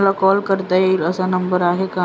मला कॉल करता येईल असा नंबर आहे का?